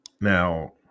Now